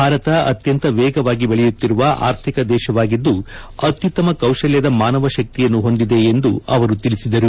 ಭಾರತ ಅತ್ಯಂತ ವೇಗವಾಗಿ ಬೆಳೆಯುತ್ತಿರುವ ಆರ್ಥಿಕ ದೇಶವಾಗಿದ್ದು ಅತ್ಯುತ್ತಮ ಕೌಶಲ್ಯದ ಮಾನವ ಶಕ್ತಿಯನ್ನು ಹೊಂದಿದೆ ಎಂದು ಅವರು ಹೇಳಿದರು